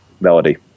melody